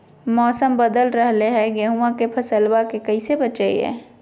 मौसम बदल रहलै है गेहूँआ के फसलबा के कैसे बचैये?